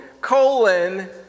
colon